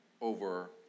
over